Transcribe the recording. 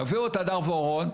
תביאו את הדר ואורון,